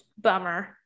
bummer